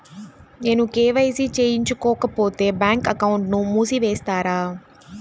నేను కే.వై.సి చేయించుకోకపోతే బ్యాంక్ అకౌంట్ను మూసివేస్తారా?